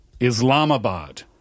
Islamabad